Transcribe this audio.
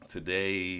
Today